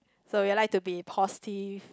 so you would like to be positive